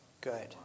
good